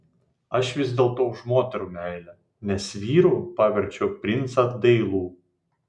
aš vis dėlto už moterų meilę nes vyru paverčiau princą dailų